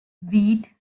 wheat